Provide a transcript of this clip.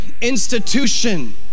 institution